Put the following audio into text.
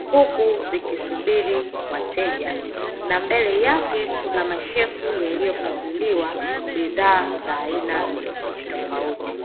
huku vikisubiri wateja na mbele yake kuna mashefu yaliyopajiliwa bidhaa za aina tofauti tofauti.